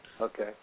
Okay